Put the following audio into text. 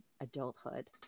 adulthood